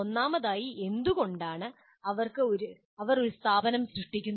ഒന്നാമതായി എന്തുകൊണ്ടാണ് അവർ ഒരു സ്ഥാപനം സൃഷ്ടിക്കുന്നത്